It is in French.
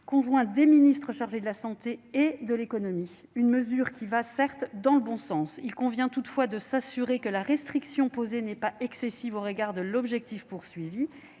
conjoint des ministres chargés de la santé et de l'économie. Cette mesure va certes dans le bon sens. Il convient toutefois de s'assurer que la restriction posée n'est pas excessive au regard de l'objectif recherché.